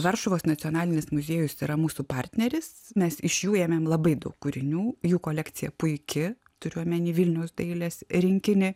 varšuvos nacionalinis muziejus yra mūsų partneris mes iš jų ėmėm labai daug kūrinių jų kolekcija puiki turiu omeny vilniaus dailės rinkinį